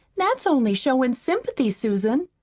that's only showin' sympathy, susan,